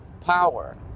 power